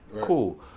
Cool